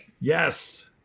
Yes